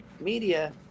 media